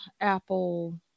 Apple